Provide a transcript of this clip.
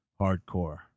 hardcore